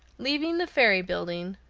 leaving the ferry building,